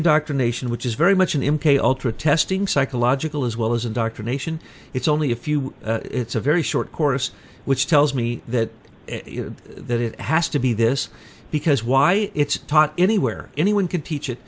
indoctrination which is very much an impi ultra testing psychological as well as indoctrination it's only a few it's a very short course which tells me that that it has to be this because why it's taught anywhere anyone can teach it